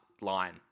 line